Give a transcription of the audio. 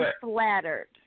flattered